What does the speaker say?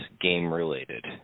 game-related